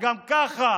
שגם ככה